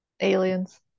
Aliens